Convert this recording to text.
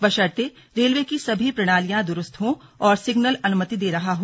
बशर्ते रेलवे की सभी प्रणालियां दुरस्त हों और सिग्नल अनुमति दे रहा हो